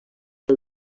del